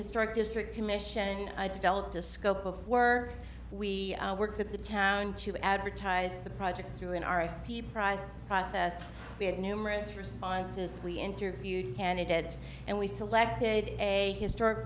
historic district commission i developed a scope of were we work with the town to advertise the project through an r f p prize process we had numerous responses we interviewed candidates and we selected a historic